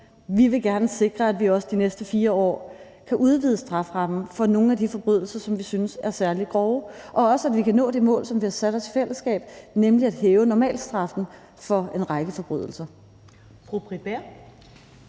vi vil gerne sikre, at vi også de næste 4 år kan udvide strafferammen for nogle af de forbrydelser, som vi synes er særlig grove, og også at vi kan nå det mål, som vi har sat os i fællesskab, nemlig at hæve normalstraffen for en række forbrydelser.